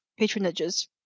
patronages